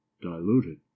diluted